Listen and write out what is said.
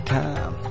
time